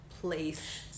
place